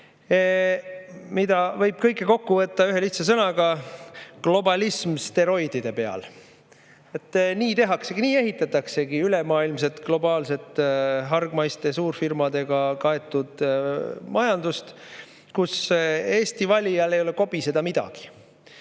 Seda kõike võib kokku võtta lihtsate sõnadega: globalism steroidide peal. Nii tehaksegi, nii ehitataksegi ülemaailmset globaalset hargmaiste suurfirmadega kaetud majandust, kus Eesti valijal ei ole kobiseda midagi. Enne